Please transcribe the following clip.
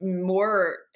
more